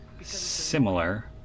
similar